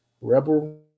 Rebel